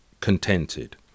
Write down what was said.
contented